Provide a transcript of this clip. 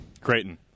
Creighton